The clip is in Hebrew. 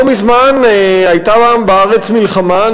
לא מזמן הייתה בארץ מלחמה,